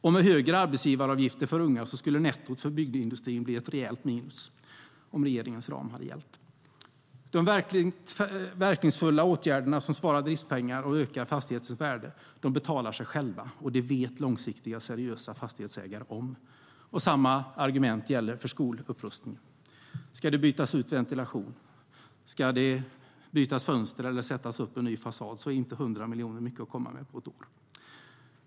Och med högre arbetsgivaravgifter för unga skulle nettot för byggindustrin bli ett rejält minus om regeringens ram skulle gälla.De verkningsfulla åtgärderna som sparar driftspengar och ökar fastighetens värde betalar sig själva, och det vet långsiktigt planerande, seriösa fastighetsägare om. Samma argument gäller för skolupprustningen. Ska det bytas ut ventilation, bytas fönster eller sättas upp ny fasad är inte 100 miljoner mycket att komma med på ett år.